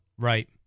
Right